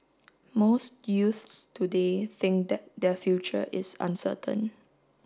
most youths today think that their future is uncertain